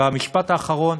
ומשפט אחרון: